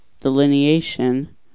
Delineation